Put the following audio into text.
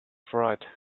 fright